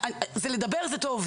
לדבר זה טוב,